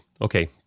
Okay